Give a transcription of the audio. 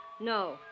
No